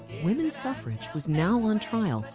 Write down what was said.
women's suffrage was now on trial.